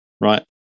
right